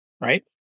right